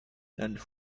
and